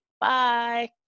Bye